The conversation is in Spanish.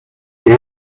que